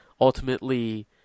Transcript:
ultimately